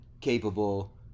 capable